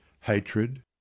Hatred